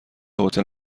هتل